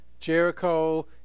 Jericho